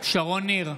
שרון ניר,